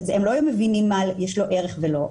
הם לא מבינים על מה יש לו ערך ומה לא.